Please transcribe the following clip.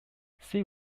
sea